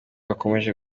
akomeje